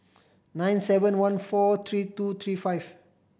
nine seven one four three two three five